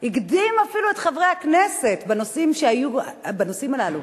הקדים אפילו את חברי הכנסת בנושאים הללו.